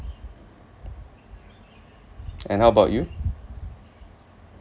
and how about you